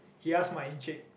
he ask my Encik